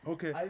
Okay